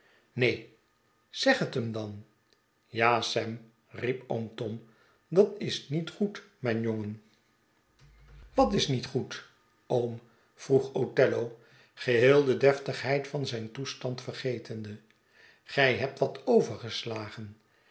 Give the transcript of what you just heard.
neen zeg het hem dan ja semi riep oom tom dat is niet goed mijn jongen wat is niet goed oom vroeg othello geheel de deftigheid van zijn toestand vergetende ge hebt wat overgeslagen